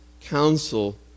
counsel